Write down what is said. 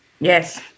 Yes